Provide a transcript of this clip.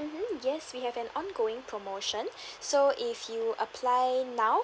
mmhmm yes we have an ongoing promotion so if you apply now